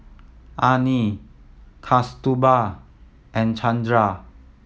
Anil Kasturba and Chandra